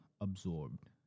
absorbed